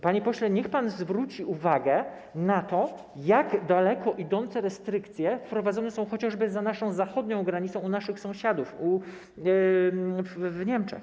Panie pośle, niech pan zwróci uwagę na to, jak daleko idące restrykcje wprowadzane są chociażby za naszą zachodnią granicą, u naszych sąsiadów, w Niemczech.